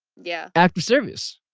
yeah act of service.